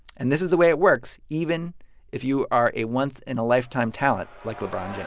and this is the way it works, even if you are a once-in-a-lifetime talent like lebron james